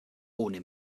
ohne